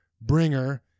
Bringer